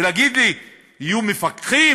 ולהגיד לי: יהיו מפקחים?